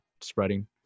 spreading